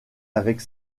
avec